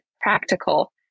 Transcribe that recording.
practical